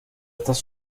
estas